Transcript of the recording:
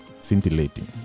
Scintillating